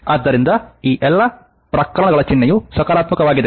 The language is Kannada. ಆದ್ದರಿಂದ ಈ ಎಲ್ಲಾ ಪ್ರಕರಣಗಳ ಚಿಹ್ನೆಯು ಸಕಾರಾತ್ಮಕವಾಗಿದೆ